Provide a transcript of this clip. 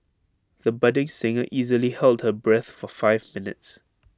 the budding singer easily held her breath for five minutes